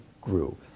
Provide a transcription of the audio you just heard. grew